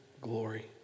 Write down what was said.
glory